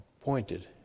pointed